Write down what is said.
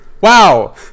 wow